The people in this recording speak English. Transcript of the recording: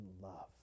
love